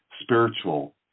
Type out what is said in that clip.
spiritual